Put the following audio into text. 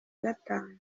gatanu